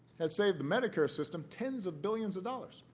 has saved the medicare system tens of billions of dollars.